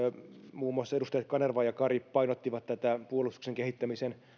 muun muassa edustajat kanerva ja kari painottivat tätä puolustuksen kehittämisen